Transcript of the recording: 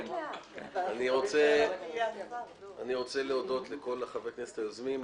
אני רוצה להודות לכל חברי הכנסת היוזמים,